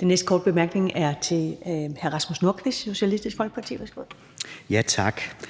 Den næste korte bemærkning er til hr. Rasmus Nordqvist, Socialistisk Folkeparti. Værsgo.